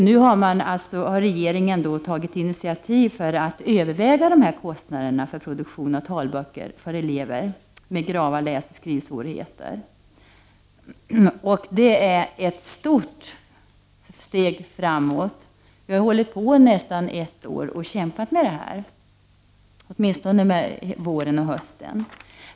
Nu har regeringen tagit initiativ för att överväga kostnaderna för produktionen av talböcker för elever med grava läsoch skrivsvårigheter. Vi har kämpat med detta i nästan ett år.